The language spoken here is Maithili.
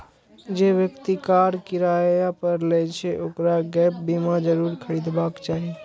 जे व्यक्ति कार किराया पर लै छै, ओकरा गैप बीमा जरूर खरीदबाक चाही